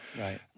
Right